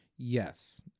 Yes